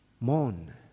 mourn